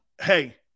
Hey